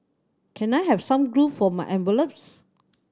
can I have some glue for my envelopes